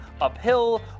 uphill